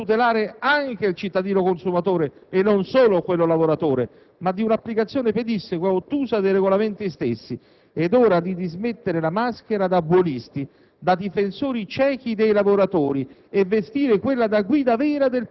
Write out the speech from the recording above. non una normale astensione dal lavoro, regolamentata dalla legge proprio per tutelare anche il cittadino-consumatore e non solo quello lavoratore, ma di una applicazione pedissequa e ottusa dei regolamenti stessi. È ora di dismettere la maschera da buonisti,